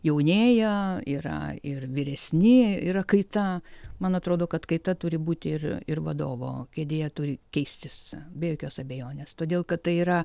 jaunėja yra ir vyresni yra kaita man atrodo kad kaita turi būti ir ir vadovo kėdėje turi keistis be jokios abejonės todėl kad tai yra